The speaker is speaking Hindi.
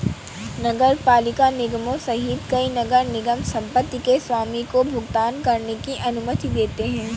नगरपालिका निगमों सहित कई नगर निगम संपत्ति के स्वामी को भुगतान करने की अनुमति देते हैं